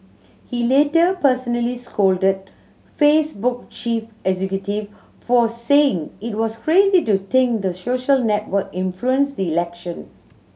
he later personally scolded Facebook chief executive for saying it was crazy to think the social network influenced the election